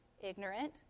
ignorant